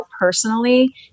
personally